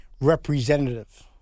representative